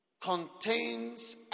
contains